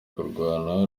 kurwana